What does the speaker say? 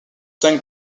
tank